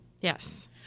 Yes